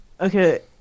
Okay